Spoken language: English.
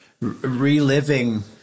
reliving